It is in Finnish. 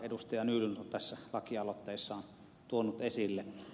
nylund on tässä lakialoitteessaan tuonut esille